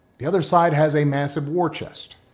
the other side has a massive war chest.